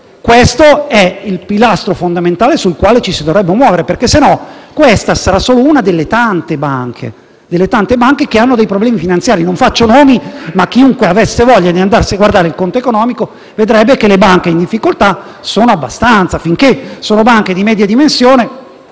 Questo è il pilastro fondamentale sul quale ci si dovrebbe muovere, altrimenti Banca Carige sarà solo una delle tante banche che hanno problemi finanziari. Non faccio nomi, ma chiunque avesse voglia di andare a guardare il conto economico di altre banche vedrebbe che quelle in difficoltà sono abbastanza. Finché sono banche di media dimensione